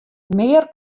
mear